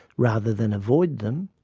rather than avoid them,